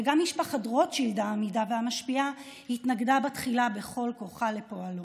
וגם משפחת רוטשילד האמידה והמשפיעה התנגדה בתחילה בכל כוחה לפועלו.